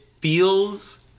feels